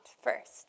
first